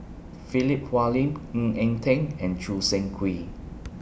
Philip Hoalim Ng Eng Teng and Choo Seng Quee